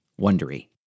Wondery